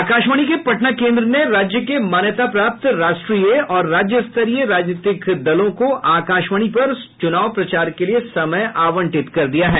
आकाशवाणी के पटना केन्द्र ने राज्य के मान्यता प्राप्त राष्ट्रीय और राज्यस्तरीय राजनीतिक दलों को आकाशवाणी पर चुनाव प्रचार के लिए समय आवंटित कर दिया है